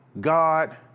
God-